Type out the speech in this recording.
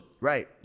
Right